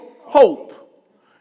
hope